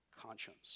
conscience